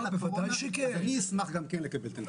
אשמח גם לקבל.